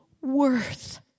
worth